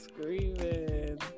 screaming